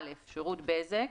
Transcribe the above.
(א)שירות בזק,